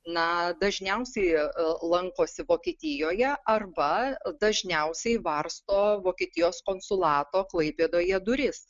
na dažniausiai e lankosi vokietijoje arba dažniausiai varsto vokietijos konsulato klaipėdoje duris